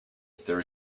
there